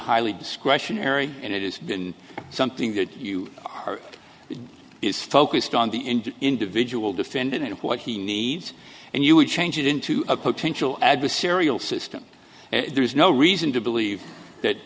highly discretionary and it is something that you are it is focused on the and individual defendant and what he needs and you would change it into a potential adversarial system there is no reason to believe that